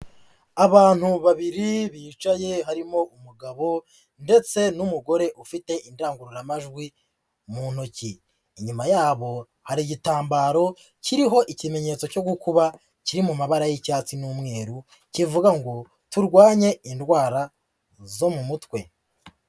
Abantu babiri bicaye harimo umugabo ndetse n'umugore ufite indangururamajwi mu ntoki. Inyuma yabo hari igitambaro kiriho ikimenyetso cyo gukuba kiri mu mabara y'icyacu n'umweru, kivuga ngo " Turwanye indwara zo mu mutwe."